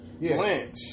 Blanche